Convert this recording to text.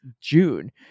June